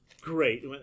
great